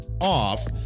off